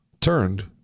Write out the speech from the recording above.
turned